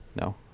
No